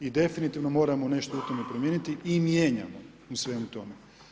I definitivno moramo nešto u tome promijeniti i mijenjamo u svemu tome.